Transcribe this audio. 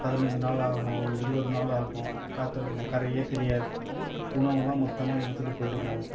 பதினைந்து நாள் ஆகும் இருபது நாள் ஆகும் காத்திருக்கணும் கரையே தெரியாது உணவெலாம் மொத்தமாக எடுத்துட்டு போய்டுவோம்